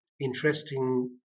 interesting